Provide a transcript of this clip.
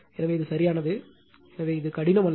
எனவே இது சரியானது எனவே இது கடினம் அல்ல